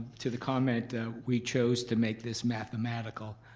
to the comment we chose to make this mathematical.